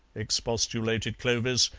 expostulated clovis,